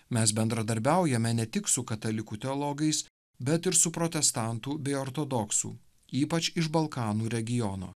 mes bendradarbiaujame ne tik su katalikų teologais bet ir su protestantų bei ortodoksų ypač iš balkanų regiono